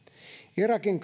irakin